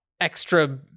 extra